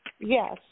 Yes